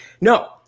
No